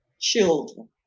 children